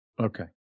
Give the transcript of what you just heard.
okay